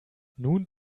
nun